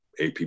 ap